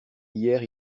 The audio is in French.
hier